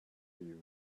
view